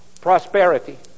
prosperity